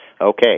okay